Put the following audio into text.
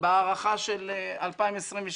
הערכה של 2022,